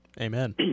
Amen